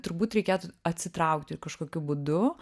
turbūt reikėtų atsitraukti ir kažkokiu būdu